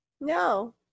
No